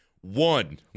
One